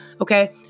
okay